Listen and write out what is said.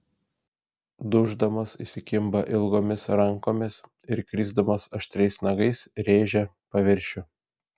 duždamos įsikimba ilgomis rankomis ir krisdamos aštriais nagais rėžia paviršių